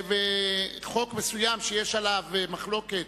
חוק מסוים שיש עליו מחלוקת,